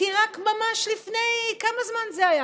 כי רק ממש לפני כמה זמן זה היה?